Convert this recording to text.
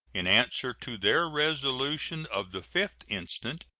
in answer to their resolution of the fifth instant,